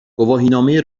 گواهینامه